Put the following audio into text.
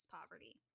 poverty